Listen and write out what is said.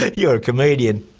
you're a comedian.